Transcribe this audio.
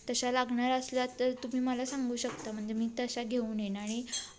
तशा लागणार असल्या तर तुम्ही मला सांगू शकता म्हणजे मी तशा घेऊन येईन आणि